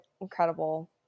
incredible